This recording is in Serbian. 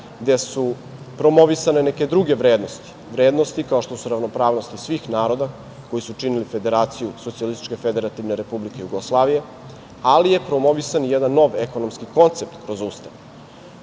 gde su promovisane neke druge vrednosti, vrednosti kao što su ravnopravnosti svih naroda koji su činili Federaciju Socijalističke Federativne Republike Jugoslavije, ali je promovisan i jedan nov ekonomski koncept kroz